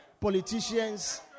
politicians